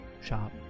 shop